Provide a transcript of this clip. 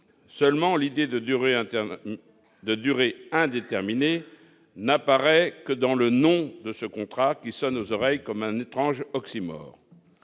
durée interne de durée indéterminée n'apparaît que dans le nom de ce contrat qui sonnent aux oreilles comme un étrange oxymore,